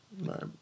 Right